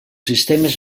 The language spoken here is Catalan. sistemes